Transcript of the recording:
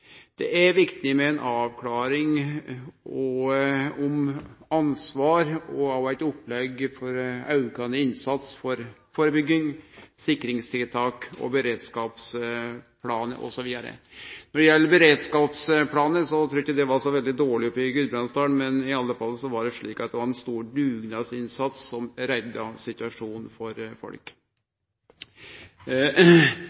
Det er viktig med ei avklaring om ansvar og òg eit opplegg for auka innsats for førebygging, sikringstiltak og beredskapsplan osb. Når det gjeld beredskapsplanar, trur eg ikkje det var så dårleg i Gudbrandsdalen, men det var i alle fall ein stor dugnadsinnsats som redda situasjonen for